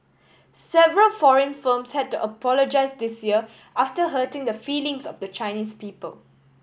several foreign firms had to apologise this year after hurting the feelings of the Chinese people